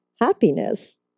happiness